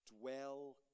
dwell